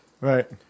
Right